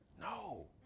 No